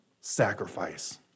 sacrifice